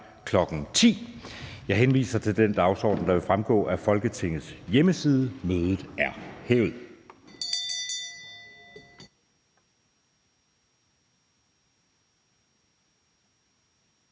kl. 10.00. Jeg henviser til den dagsorden, der vil fremgå af Folketingets hjemmeside. Mødet er hævet.